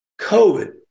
COVID